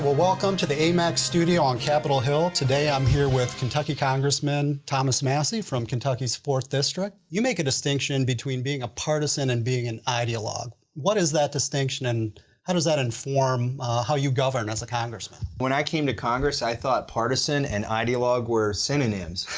welcome to the amac studio on capitol hill. today i'm here with kentucky congressman thomas massie from kentucky's fourth district. you make a distinction between being a partisan and being an ideologue, what is that distinction and how does that inform how you govern as a congressman? when i came to congress i thought partisan and ideologue were synonyms.